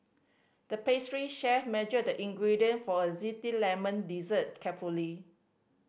the pastry chef measured the ingredients for a lemon dessert carefully